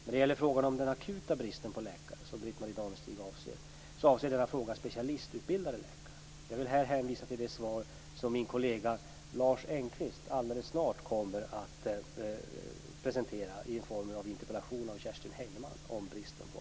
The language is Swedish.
När det gäller frågan om den akuta brist på läkare som Britt-Marie Danestig avser så rör denna fråga specialistutbildade läkare. Jag vill här hänvisa till det svar som min kollega Lars Engqvist alldeles strax kommer att presentera på en interpellation av Kerstin